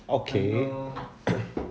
okay